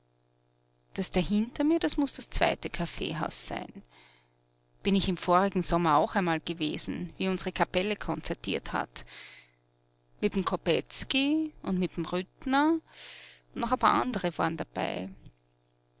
das da hinter mir das muß das zweite kaffeehaus sein bin ich im vorigen sommer auch einmal gewesen wie unsere kapelle konzertiert hat mit'm kopetzky und mit'm rüttner noch ein paar waren dabei